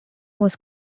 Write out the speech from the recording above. was